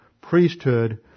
priesthood